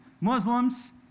Muslims